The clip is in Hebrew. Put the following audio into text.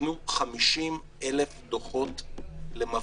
ניתנו 50,000 דוחות למפגינים.